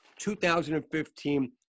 2015